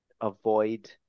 avoid